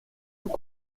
tout